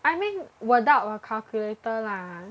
I mean without a calculator lah